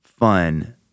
fun